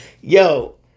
Yo